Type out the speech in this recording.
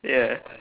ya